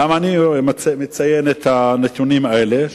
למה אני מציין את הנתונים האלה?